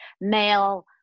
male